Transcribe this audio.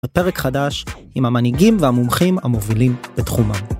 בפרק חדש עם המנהיגים והמומחים המובילים בתחומם.